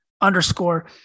underscore